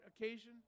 occasion